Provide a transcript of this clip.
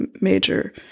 major